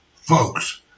Folks